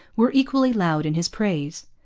were equally loud in his praise.